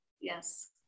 Yes